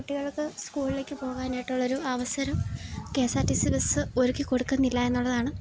കുട്ടികൾക്ക് സ്കൂളിലേക്ക് പോകാനായിട്ടുള്ള ഒരു അവസരം K S R T C bus ഒരുക്കി കൊടുക്കുന്നില്ല എന്നുള്ളതാണ്